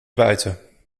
buiten